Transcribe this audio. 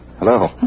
hello